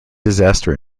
disaster